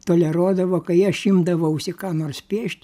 toleruodavo kai aš imdavausi ką nors piešt